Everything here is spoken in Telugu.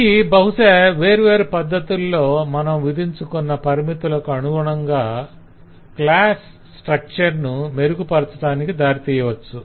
ఇది బహుశ వెర్వేరు పద్ధతుల్లో మనం విదించుకున్న పరిమితులకు అనుగుణంగా క్లాస్ స్ట్రక్చర్ ను మెరుగుపరచటానికి దారితీయవచ్చు